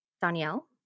Danielle